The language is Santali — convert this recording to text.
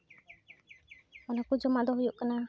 ᱚᱱᱟ ᱠᱚ ᱡᱚᱢᱟᱜ ᱫᱚ ᱦᱩᱭᱩᱜ ᱠᱟᱱᱟ